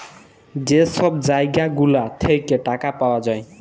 যে ছব জায়গা গুলা থ্যাইকে টাকা পাউয়া যায়